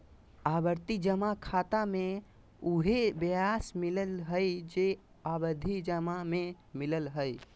आवर्ती जमा खाता मे उहे ब्याज मिलय हइ जे सावधि जमा में मिलय हइ